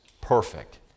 perfect